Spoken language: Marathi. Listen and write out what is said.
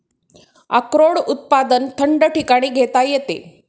अक्रोड उत्पादन थंड ठिकाणी घेता येते